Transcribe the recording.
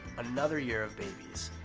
another year of babies.